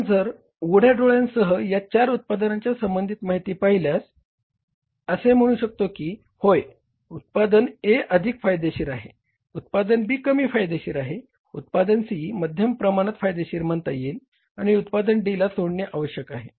आपण जर उघड्या डोळ्यांसह या चार उत्पादनांशी संबंधित माहिती पाहिल्यास असे म्हणू शकतो की होय उत्पादन A अधिक फायदेशीर आहे उत्पादन B कमी फायदेशीर आहे उत्पादन C मध्यम प्रमाणात फायदेशीर म्हणता येईल आणि उत्पादन D ला सोडणे आवश्यक आहे